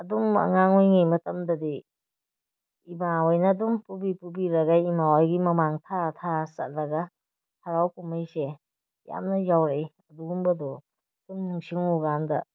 ꯑꯗꯨꯝ ꯑꯉꯥꯡ ꯑꯣꯏꯔꯤꯉꯩ ꯃꯇꯝꯗꯗꯤ ꯏꯃꯥ ꯍꯣꯏꯅ ꯑꯗꯨꯝ ꯄꯨꯕꯤ ꯄꯨꯕꯤꯔꯒ ꯏꯃꯥ ꯍꯣꯏꯒꯤ ꯃꯃꯥꯡ ꯊꯥꯔ ꯊꯥꯔ ꯆꯠꯂꯒ ꯍꯔꯥꯎ ꯀꯨꯝꯍꯩꯁꯦ ꯌꯥꯝꯅ ꯌꯥꯎꯔꯛꯏ ꯑꯗꯨꯒꯨꯝꯕꯗꯣ ꯁꯨꯝ ꯅꯤꯡꯁꯤꯡꯂꯨ ꯀꯥꯟꯗ